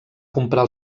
comprar